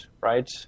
right